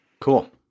cool